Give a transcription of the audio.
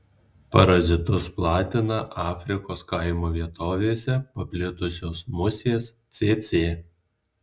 parazitus platina afrikos kaimo vietovėse paplitusios musės cėcė